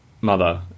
Mother